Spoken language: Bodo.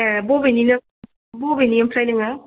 ए बबेनि नों बबेनि ओमफ्राय नोङो